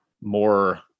more